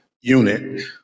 Unit